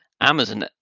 Amazon